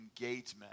engagement